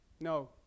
No